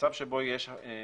במקרה שבו